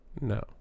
No